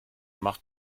macht